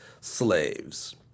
slaves